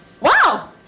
Wow